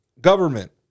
government